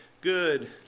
good